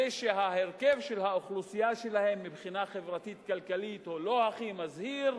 ושההרכב של האוכלוסייה שלהן מבחינה חברתית-כלכלית הוא לא הכי מזהיר,